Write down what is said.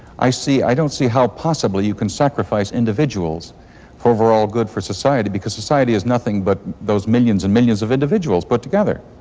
i see i don't see how possibly you can sacrifice individuals for overall good of society because society is nothing but those millions and millions of individuals, put together.